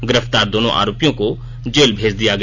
गिरफ्तार दोनों आरोपियों को जेल भेजा भेज दिया गया